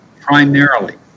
primarily